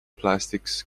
plastics